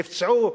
נפצעו,